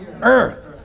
Earth